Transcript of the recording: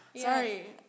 Sorry